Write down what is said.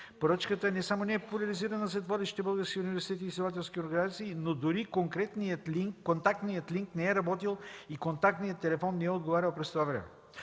Поръчката не само не е популяризирана сред водещите български университети и изследователски организации, но дори контактният линк не е работил и контактният телефон не е отговарял през това време.